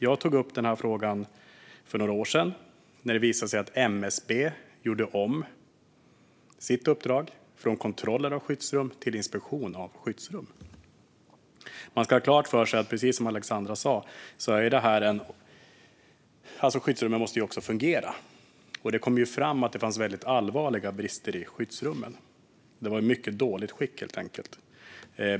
Jag tog upp denna fråga för några år sedan när det visade sig att MSB gjorde om sitt uppdrag - från kontroller av skyddsrum till inspektion av skyddsrum. Man ska ha klart för sig, precis som Alexandra sa, att skyddsrummen måste fungera. Det kom ju fram att det fanns väldigt allvarliga brister i skyddsrummen. De var i mycket dåligt skick, helt enkelt.